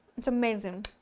it's amazing!